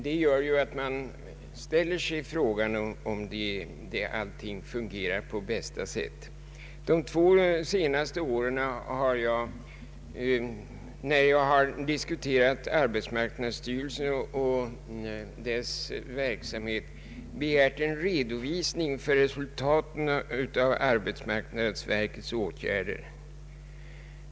Det gör att man ställer sig frågan om allting fungerar på bästa sätt. Jag har under de två senaste åren när jag diskuterat arbetsmarknadsstyrelsen och dess verksamhet begärt en redovisning av resultaten av arbetsmarknadsverkets åtgärder.